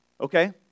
Okay